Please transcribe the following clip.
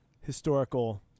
historical